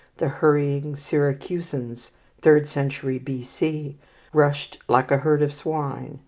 the hurrying syracusans third century b c rushed like a herd of swine,